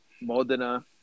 Modena